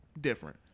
different